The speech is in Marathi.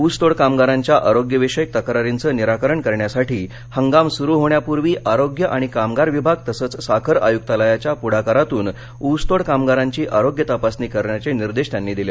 ऊसतोड कामगारांच्या आरोग्य विषयक तक्रारींचं निराकरण करण्यासाठी हंगाम सुरू होण्यापूर्वी आरोग्य आणिकामगार विभाग तसंच साखर आयुकालयाच्या पुढाकारातून ऊसतोड कामगारांची आरोग्य तपासणी करण्याचे निर्देश त्यांनी दिले